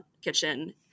kitchen